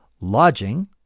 lodging